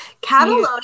Catalonia